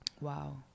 Wow